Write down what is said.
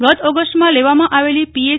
ગત ઓગસ્ટમાં લેવામાં આવેલી પીએચ